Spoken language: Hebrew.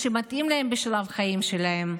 מה שמתאים להם בשלב החיים שלהם?